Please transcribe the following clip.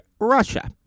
Russia